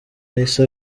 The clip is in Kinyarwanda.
yahise